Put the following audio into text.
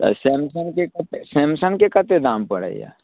तऽ सैमसङ्गके कतेक सैमसङ्गके कतेक दाम पड़ैया